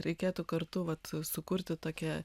reikėtų kartu vat sukurti tokią